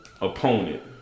opponent